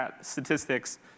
statistics